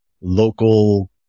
local